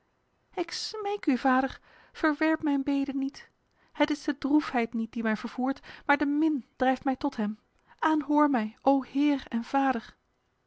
ik smeek u vader verwerp mijn bede niet het is de droefheid niet die mij vervoert maar de min drijft mij tot hem aanhoor mij o heer en vader